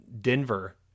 Denver